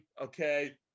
Okay